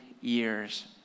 years